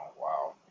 wow